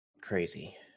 crazy